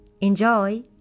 Enjoy